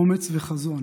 אומץ וחזון.